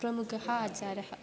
प्रमुखः आचारः